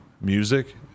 music